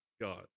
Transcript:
God